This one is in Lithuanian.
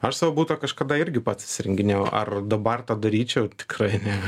aš savo butą kažkada irgi pats įsirenginėjau ar dabar tą daryčiau tikrai ne